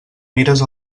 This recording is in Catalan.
mires